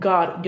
God